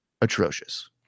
atrocious